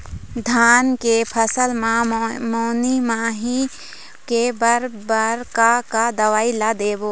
धान के फसल म मैनी माहो के बर बर का का दवई ला देबो?